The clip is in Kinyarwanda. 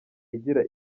igira